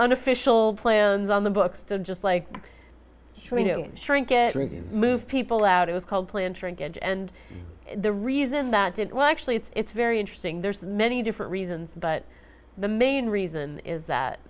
unofficial plans on the books so just like shrink it really move people out it was called planned shrinkage and the reason that it was actually it's very interesting there's many different reasons but the main reason is that